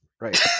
right